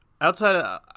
outside